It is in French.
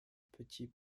petit